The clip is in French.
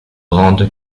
grande